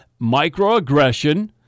microaggression